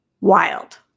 Wild